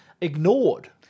ignored